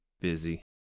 busy